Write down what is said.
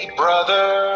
brother